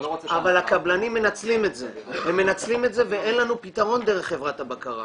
אבל הקבלנים מנצלים את זה ואין לנו פתרון דרך חברת הבקרה.